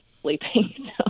sleeping